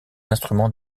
instruments